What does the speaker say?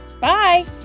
Bye